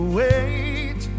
wait